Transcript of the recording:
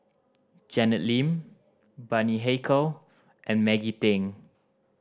Janet Lim Bani Haykal and Maggie Teng